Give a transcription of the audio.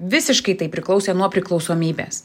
visiškai tai priklausė nuo priklausomybės